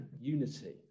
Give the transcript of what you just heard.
unity